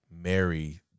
marry